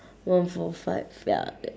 one four five ya that